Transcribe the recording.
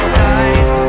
life